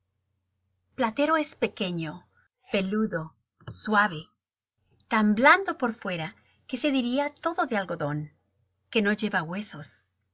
platero es pequeño peludo suave tan blando por fuera que se diría todo de algodón que no lleva huesos